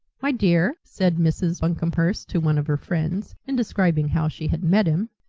my dear, said mrs. buncomhearst to one of her friends, in describing how she had met him,